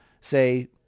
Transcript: say